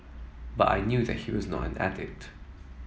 but I knew that he was not an addict